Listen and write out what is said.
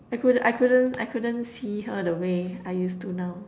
I couldn't I couldn't I couldn't see her the way I used to now